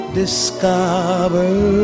discover